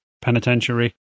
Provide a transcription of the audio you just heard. Penitentiary